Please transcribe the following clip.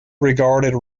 regarded